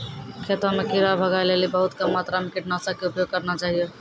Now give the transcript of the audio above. खेतों म कीड़ा भगाय लेली बहुत कम मात्रा मॅ कीटनाशक के उपयोग करना चाहियो